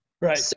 Right